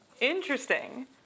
Interesting